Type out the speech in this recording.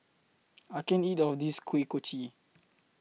I can't eat All of This Kuih Kochi